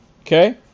Okay